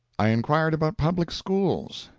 i inquired about public schools.